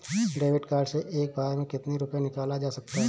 David card से एक बार में कितनी रूपए निकाले जा सकता है?